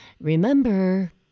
remember